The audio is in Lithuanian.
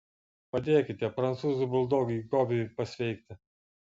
padėkite prancūzų buldogui gobiui pasveikti